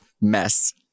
mess